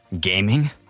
Gaming